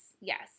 Yes